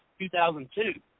2002